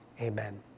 Amen